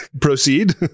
proceed